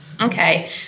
Okay